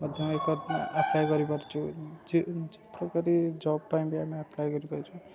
ମଧ୍ୟ ଆପ୍ଲାଏ କରିପାରୁଛୁ ସବୁ ପ୍ରକାର ଜବ ପାଇଁ ମଧ୍ୟ ଆପ୍ଲାଏ କରିପାରୁଛୁ